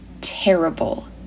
terrible